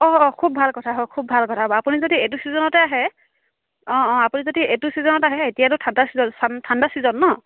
অঁ অঁ খুব ভাল কথা হয় খুব ভাল কথা হ'ব আপুনি যদি এইটো ছিজনতে আহে অঁ অঁ আপুনি যদি এইটো ছিজনত আহে এতিয়াতো ঠাণ্ডা ছিজন ঠাণ্ডা ছিজন ন